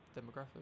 demographic